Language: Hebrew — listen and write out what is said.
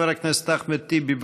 חבר הכנסת אחמד טיבי,